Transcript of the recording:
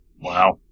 Wow